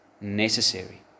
necessary